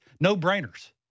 no-brainers